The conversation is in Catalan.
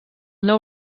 nou